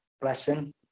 blessing